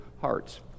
hearts